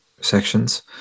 sections